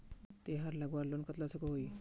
तेहार लगवार लोन कतला कसोही?